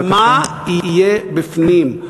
אבל מה יהיה בפנים?